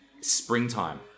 springtime